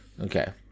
Okay